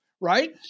right